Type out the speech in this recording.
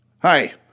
Hi